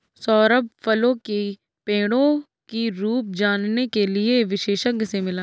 सौरभ फलों की पेड़ों की रूप जानने के लिए विशेषज्ञ से मिला